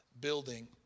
building